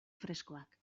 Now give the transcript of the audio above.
freskoak